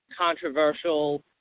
controversial